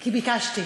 כי ביקשתי.